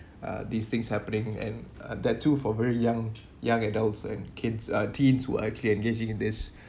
uh these things happening and uh that too for very young young adults and kids uh teens will actually engaging in this